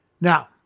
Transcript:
Now